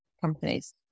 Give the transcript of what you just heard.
companies